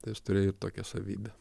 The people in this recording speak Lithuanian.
jis turėjo tokią savybę